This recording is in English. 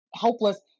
helpless